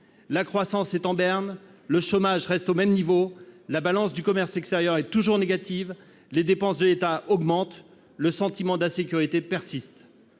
la croissance est en berne, le chômage reste au même niveau, la balance du commerce extérieur est toujours négative, les dépenses de l'État augmentent, le sentiment d'insécurité persiste.